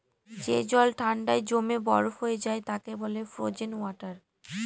যে জল ঠান্ডায় জমে বরফ হয়ে যায় তাকে বলে ফ্রোজেন ওয়াটার